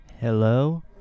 Hello